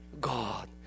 God